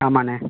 ஆமாண்ண